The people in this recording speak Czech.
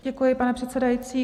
Děkuji, pane předsedající.